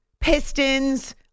Pistons